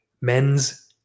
men's